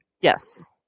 Yes